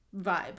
vibe